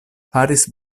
faris